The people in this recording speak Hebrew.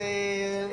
יש לכם התנגדות?